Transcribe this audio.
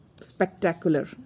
spectacular